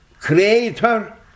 creator